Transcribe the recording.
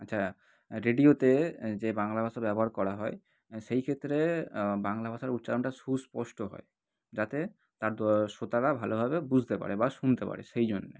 আচ্ছা রেডিওতে যে বাংলা ভাষা ব্যবহার করা হয় সেই ক্ষেত্রে বাংলা ভাষার উচ্চারণটা সুস্পষ্ট হয় যাতে তার দ শ্রোতারা ভালোভাবে বুঝতে পারে বা শুনতে পারে সেই জন্যে